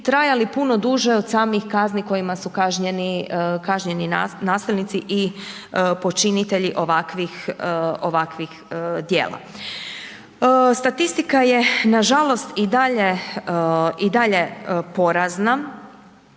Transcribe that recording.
trajali puno duže od samih kazni kojima su kažnjeni, kažnjeni nasilnici i počinitelji ovakvih, ovakvih djela. Statistika je nažalost i dalje i dalje